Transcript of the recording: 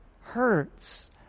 hurts